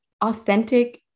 authentic